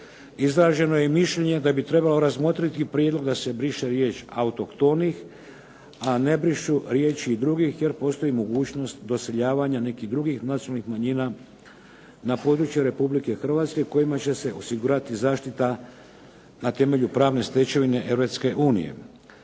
Izraženo je i mišljenje da bi trebalo razmotriti i prijedlog da se briše riječ autohtonih, a ne brišu riječi i drugih jer postoji mogućnost doseljavanja nekih drugih nacionalnih manjina na područje Republike Hrvatske kojima će se osigurati zaštita na temelju pravne stečevine